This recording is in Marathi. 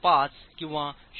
05 किंवा 0